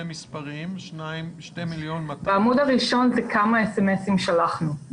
מספרים --- בעמוד הראשון זה כמה אס אם אסים שלחנו,